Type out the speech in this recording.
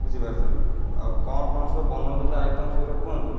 ବୁଝିପାରୁଛନ୍ତି ଆଉ କ'ଣ କ'ଣ ସବୁ ବନାଉଛନ୍ତି ଆଇଟମ୍ ସେଗୁଡା କୁହନ୍ତୁ